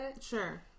sure